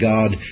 God